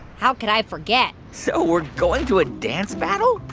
how could i forget? so we're going to a dance battle?